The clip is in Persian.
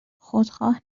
خودخواه